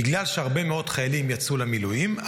בגלל שהרבה מאוד חיילים יצאו למילואים,